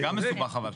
זה גם מסובך אבל.